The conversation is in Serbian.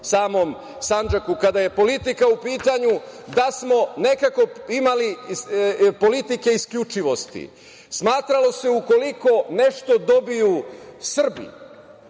samom Sandžaku kada je politika u pitanju. Imali smo nekako politike isključivosti. Smatralo se ukoliko nešto dobiju Srbi,